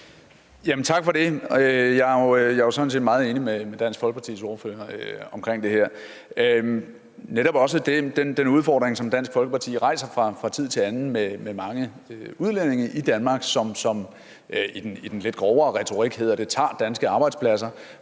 Tak for det. Jeg er jo sådan set meget enig med Dansk Folkepartis ordfører om det her, og netop også den udfordring, som Dansk Folkeparti rejser fra tid til anden med mange udlændinge i Danmark, som, som det hedder i den lidt grovere retorik, tager danske arbejdspladser.